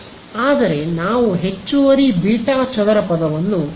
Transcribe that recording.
ಆದರೆ ನಾವು ಹೆಚ್ಚುವರಿ ಬೀಟಾ ಚದರ ಪದವನ್ನು ಎಚ್ಚರಿಕೆಯಿಂದ ವ್ಯವಹರಿಸಬೇಕು